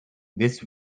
this